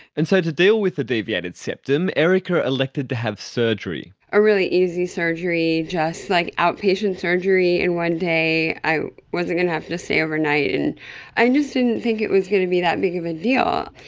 and so to deal with the deviated septum, erika elected to have surgery. a really easy surgery, just like outpatient surgery in one day, i wasn't going to have to stay overnight. and i just didn't think it was going to be that big of a deal,